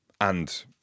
And-